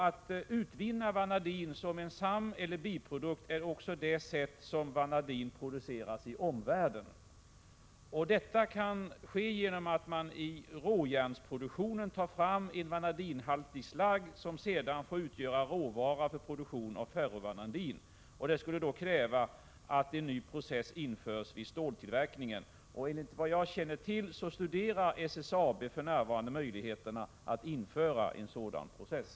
Att utvinna vanadin som en sameller biprodukt är också det sätt på vilket vanadin produceras i omvärlden. Detta kan ske genom att man i råjärnsproduktionen tar fram en vanadinhaltig slagg, som sedan får utgöra råvara vid produktion av ferrovanadin. Detta skulle kräva att en ny process införs i ståltillverkningen. Enligt vad jag känner till studerar SSAB för närvarande möjligheterna att införa en sådan process.